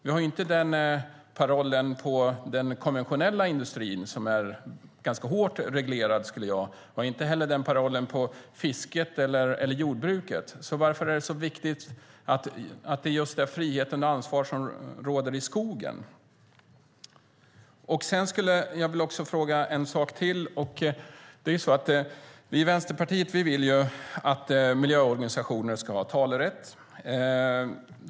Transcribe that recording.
Vi har inte den parollen på den konventionella industrin, som är ganska hårt reglerad, inte heller på fisket eller jordbruket. Varför är det så viktigt att frihet under ansvar råder just i fråga om skogen? Jag skulle vilja fråga en annan sak. Vi i Vänsterpartiet vill att miljöorganisationer ska ha talerätt.